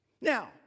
Now